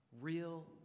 real